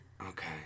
Okay